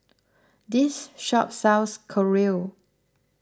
this shop sells Korea